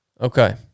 Okay